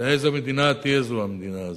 זו איזו מדינה תהיה המדינה הזאת.